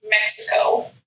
Mexico